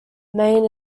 main